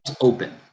open